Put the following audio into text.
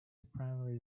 primary